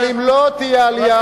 אם הממשלה תקבל החלטה נכונה,